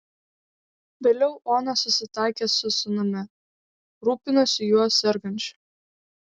vėliau ona susitaikė su sūnumi rūpinosi juo sergančiu